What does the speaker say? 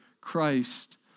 Christ